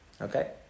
okay